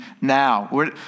now